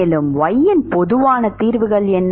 மேலும் Y இன் பொதுவான தீர்வுகள் என்ன